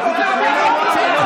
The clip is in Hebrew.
אתה לא,